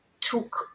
took